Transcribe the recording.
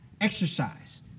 Exercise